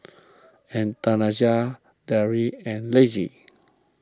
Anastasia Daryle and Lacy